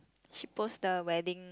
she post the wedding